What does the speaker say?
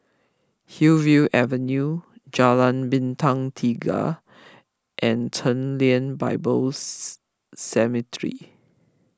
Hillview Avenue Jalan Bintang Tiga and Chen Lien Bibles Seminary